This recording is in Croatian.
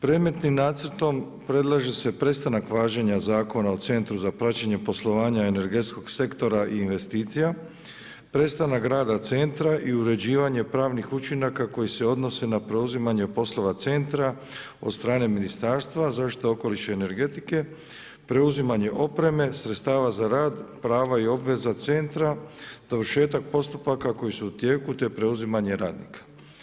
Predmetnim nacrtom predlaže se prestanak važenja Zakona o Centru za praćenje poslovanja energetskog sektora i investicija, prestanak rada centra i uređivanje pravnih učinaka koji se odnose na preuzimanje poslova centra od strane Ministarstva zaštite okoliša i energetike, preuzimanje opreme, sredstava za rad, prava i obveza centra, dovršetak postupaka koji su u tijeku te preuzimanje radnika.